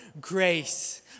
grace